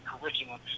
curriculum